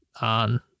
on